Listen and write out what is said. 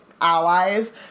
allies